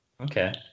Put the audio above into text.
Okay